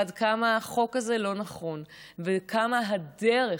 עד כמה החוק הזה לא נכון וכמה הדרך